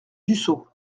dussopt